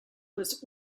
was